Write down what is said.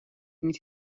niet